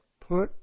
Put